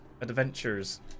adventures